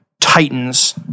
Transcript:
titans